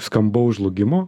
skambaus žlugimo